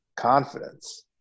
Confidence